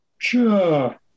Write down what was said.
Sure